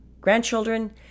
grandchildren